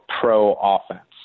pro-offense